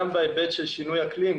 גם בהיבט של שינוי אקלים,